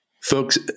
Folks